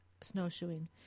snowshoeing